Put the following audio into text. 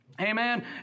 Amen